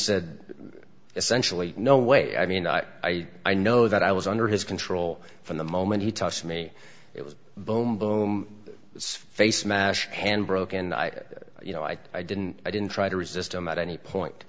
said essentially no way i mean i i know that i was under his control from the moment he touched me it was boom boom face mash and broke and i you know i i didn't i didn't try to resist him at any point